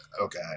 Okay